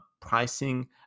pricing